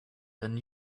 than